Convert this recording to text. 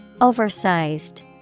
Oversized